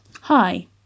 Hi